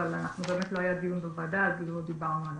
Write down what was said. אבל לא היה דיון בוועדה ולא דיברנו עליו.